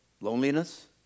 Loneliness